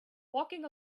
walking